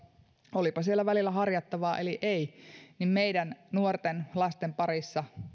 olipa siellä välillä harjattavaa eli ei meidän nuorten lasten parissa